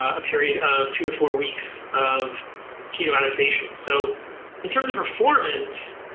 a period of two to four weeks of keto adaptation. so in terms of performance,